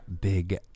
Big